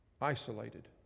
Isolated